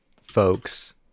folks